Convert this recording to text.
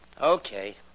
Okay